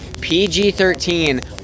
PG-13